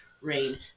rain